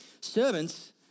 Servants